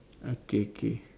okay K